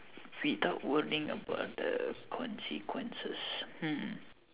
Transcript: without worrying about the consequences hmm